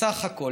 בסך הכול,